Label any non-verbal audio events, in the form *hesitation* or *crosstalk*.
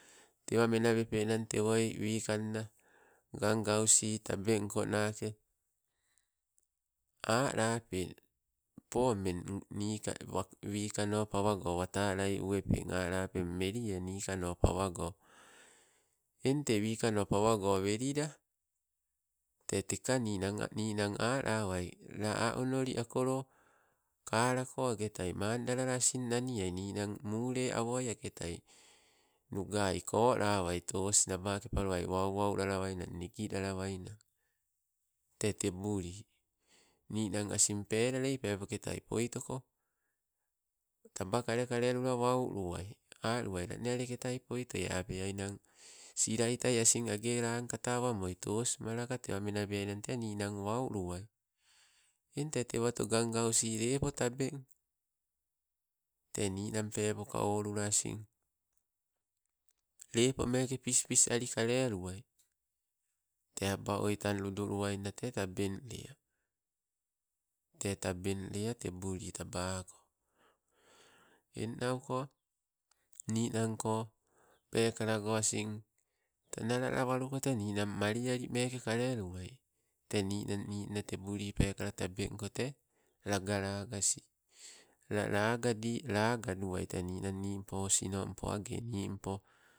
Tewa menabepenang tewo wikanna gaugausi tabengko nake alape, poo mmeng *hesitation* wikano pawago watalai uwepeng alapeng melie wikano pawago, eng tee wikano pawago welila tee teka ninang a ninang alawai la a onoli akolo kalako agetai manlalala asing nania ninang mule awo agetai nugai kolawai tos nabake palolai wau wau lalawainang nigi lalawainang. Tee tebuli, ninang asin pelalei pepoketai poitoko, taba kale kale lula wauluwai, aluwai lane a leketai poitoie apeainang silaitai gelankata awamoi tos malaka, tewa menabeai nang, ninang wau luwai. Eng tee tewato gaugausi lepo tabeng te ninang pepoka olula asing, lepo meeke pispis ali kaale luwai. Tee aba oi tang ludu luwainna te tabeng lea tee tabeng lea tebuli tabako. Ennauko ninangko oekalago asin, tanalalawaluko te ninang mali alimeke kaleluwai, te ninang, ninna tebuli peekala tee laga lagasi, lalagadi lagaduwai tee ninang nimpo osinompo age nimpo.